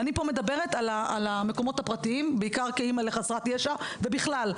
אני מדברת פה על המקומות הפרטיים בעיקר כאמא לחסרת ישע ובכלל,